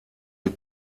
die